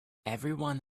everyone